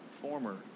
former